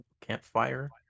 campfire